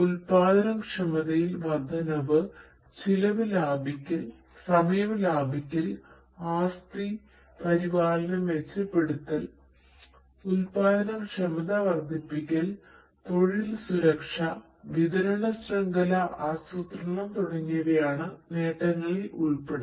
ഉൽപ്പാദനക്ഷമതയിൽ വർദ്ധനവ് ചെലവ് ലാഭിക്കൽ സമയം ലാഭിക്കൽ ആസ്തി പരിപാലനം മെച്ചപ്പെടുത്തൽ ഉൽപ്പാദനക്ഷമത വർദ്ധിപ്പിക്കൽ തൊഴിൽ സുരക്ഷ വിതരണ ശൃംഖല ആസൂത്രണം തുടങ്ങിയവയാണ് നേട്ടങ്ങളിൽ ഉൾപ്പെടുന്നത്